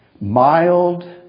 Mild